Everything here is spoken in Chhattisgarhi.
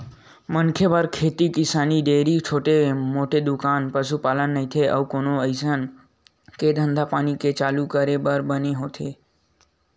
मनखे बर खेती किसानी, डेयरी, छोटे मोटे दुकान, पसुपालन नइते अउ कोनो अइसन के धंधापानी के चालू करे बर बने होथे